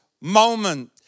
moment